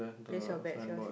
place your bags here